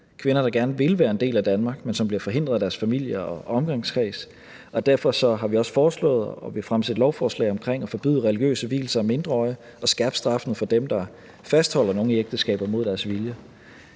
kvinder, der gerne vil være en del af Danmark, men som bliver forhindret i det af deres familie og omgangskreds. Og derfor har vi også foreslået og vil fremsætte lovforslag om det at forbyde religiøse vielser af mindreårige og skærpe straffen for dem, der fastholder nogen i ægteskaber mod deres vilje.